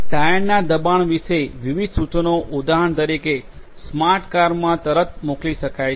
ટાયરના દબાણ વિશે વિવિધ સૂચનો ઉદાહરણ તરીકે સ્માર્ટ કારમાં તરત મોકલી શકાય છે